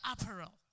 apparel